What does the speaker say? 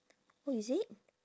oh is it